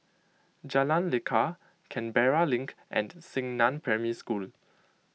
Jalan Lekar Canberra Link and Xingnan Primary School